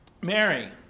Mary